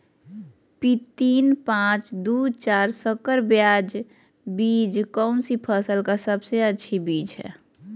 P तीन पांच दू चार संकर बीज कौन सी फसल का सबसे अच्छी बीज है?